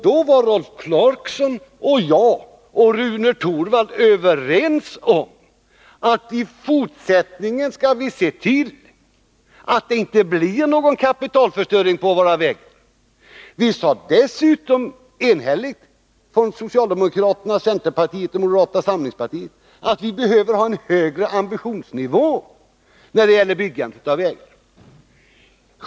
Då var Rolf Clarkson, jag och Rune Torwald överens om att i fortsättningen se till att det inte blir någon kapitalförstöring på våra vägar. Socialdemokraterna, centerpartiet och moderata samlingspartiet sade dessutom enstämmigt att ambitionsnivån när det gäller byggandet av vägar behöver vara högre.